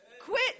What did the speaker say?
Quit